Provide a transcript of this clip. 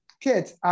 kids